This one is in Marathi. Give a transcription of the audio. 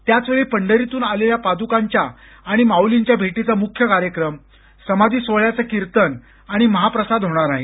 त्याचवेळी पंढरीतून आलेल्या पाद्कांच्या आणि माउलींच्या भेटीचा मुख्य कार्यक्रम समाधी सोहोळ्याच कीर्तन आणि महाप्रसाद होणार आहे